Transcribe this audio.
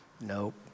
Nope